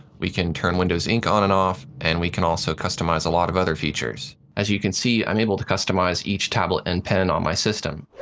we can turn windows ink on and off, and we can also customize a lot of other features. as you can see, i'm able to customize each tablet and pen on my system.